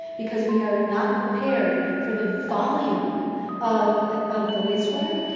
because we are not prepared for the volume of ah of the wastewater,